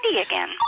again